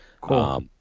Cool